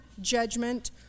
judgment